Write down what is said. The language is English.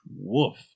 woof